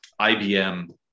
ibm